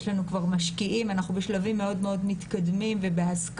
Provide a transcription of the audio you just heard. יש לנו כבר משקיעים ואנחנו בשלבים מאוד מתקדמים ובהסכמות,